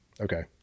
okay